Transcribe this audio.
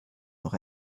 noch